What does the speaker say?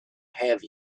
have